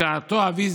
בשעתו אבי,